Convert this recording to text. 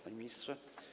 Panie Ministrze!